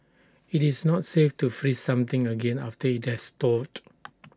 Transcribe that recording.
IT is not safe to freeze something again after IT has thawed